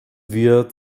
wir